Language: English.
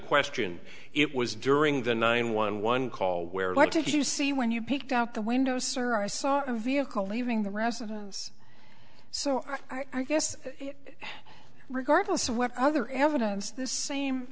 question it was during the nine one one call where what did you see when you picked out the window sir i saw a vehicle leaving the residence so i guess regardless of what other evidence the same